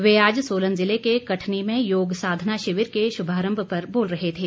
वे आज सोलन ज़िले के कठनी में योग साधना शिविर के शुभारम्भ पर बोल रहे थे